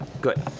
good